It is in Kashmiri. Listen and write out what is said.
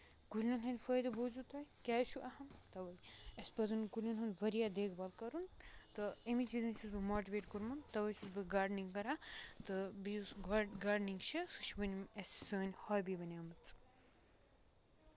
کُلین ہِندۍ فٲیدٕ بوٗزیو تُہۍ یہِ کیازِ چھُ اَہم تَوے اَسہِ پَزن کُلین ہُند واریاہ دیکھ بال کَرُن تہٕ اَمی چیٖزَن چھُس بہٕ موٹِویٹ کورمُت تَوے چھُس بہٕ گارڈنِنگ کران تہٕ بیٚیہِ یُس گارڈنِنگ چھےٚ سُہ چھےٚ وُنہِ اسہِ سٲنۍ ہوبی بَنیٚمٕژ